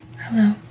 Hello